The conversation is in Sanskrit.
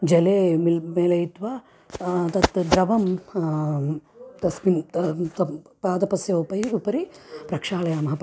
जले मिल् मेलयित्वा तत् द्रवं तस्मिन् तं तं पादपस्य उपय् उपारि प्रक्षालयामः